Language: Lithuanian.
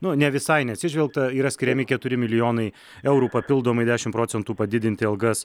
nu ne visai neatsižvelgta yra skiriami keturi milijonai eurų papildomai dešimt proentųc padidinti algas